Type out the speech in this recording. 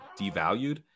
devalued